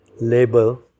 label